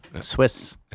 Swiss